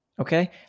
okay